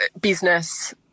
business